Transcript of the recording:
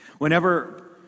Whenever